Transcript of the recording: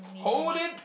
hold it